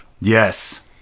yes